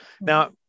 Now